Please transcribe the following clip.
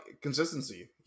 consistency